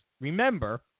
remember